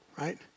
Right